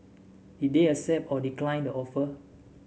they did accept or decline the offer